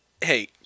hey